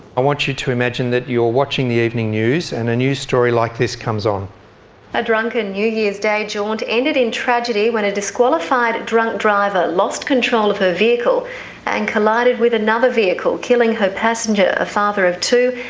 i want you to imagine that you are watching the evening news and a new story like this comes on newsreader a drunken new year's day jaunt ended in tragedy when a disqualified drunk driver lost control of her vehicle and collided with another vehicle, killing her passenger, a father of two,